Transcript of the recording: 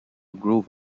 grove